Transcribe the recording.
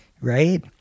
right